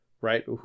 right